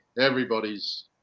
Everybody's